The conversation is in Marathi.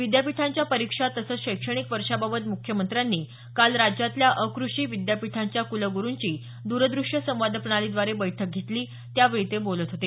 विद्यापीठांच्या परीक्षा तसंच शैक्षणिक वर्षाबाबत म्ख्यमंत्र्यांनी काल राज्यातल्या अकृषी विद्यापीठांच्या कुलगुरूंची दूरदृश्य संवाद प्रणाली द्वारे बैठक घेतली त्यावेळी ते बोलत होते